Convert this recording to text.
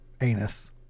anus